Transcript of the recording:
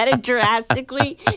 drastically